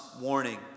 warning